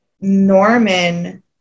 Norman